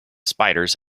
spiders